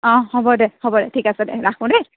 হ'ব দে হ'ব দে ঠিক আছে ৰাখোঁ দেই